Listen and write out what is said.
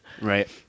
Right